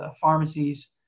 pharmacies